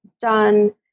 done